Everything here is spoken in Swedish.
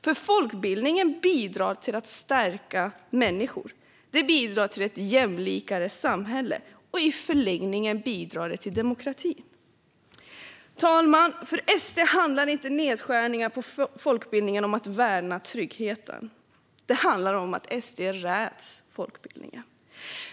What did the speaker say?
För folkbildningen bidrar till att stärka människor, den bidrar till ett jämlikare samhälle och i förlängningen bidrar den till demokratin. Fru talman! För SD handlar inte nedskärningar på folkbildningen om att värna tryggheten. Det handlar om att SD räds folkbildningen.